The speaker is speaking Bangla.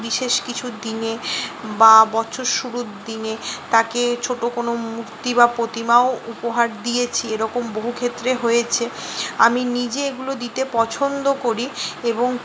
বিশেষ কিছু দিনে বা বছর শুরুর দিনে তাকে ছোটো কোনো মূর্তি বা প্রতিমাও উপহার দিয়েছি এরকম বহু ক্ষেত্রে হয়েছে আমি নিজে এগুলো দিতে পছন্দ করি এবং